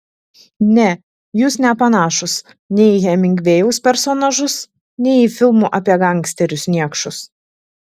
ne jūs nepanašūs nei į hemingvėjaus personažus nei į filmų apie gangsterius niekšus